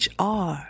HR